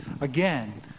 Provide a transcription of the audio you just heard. Again